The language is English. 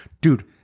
Dude